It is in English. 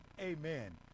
amen